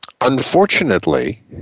Unfortunately